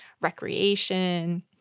recreation